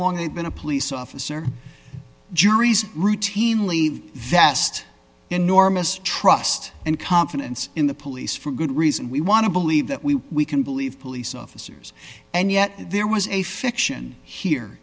they've been a police officer juries routinely vest enormous trust and confidence in the police for good reason we want to believe that we we can believe police officers and yet there was a fiction here